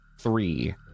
three